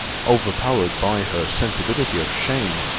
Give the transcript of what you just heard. overpowered by her sensibility of shame,